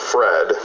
Fred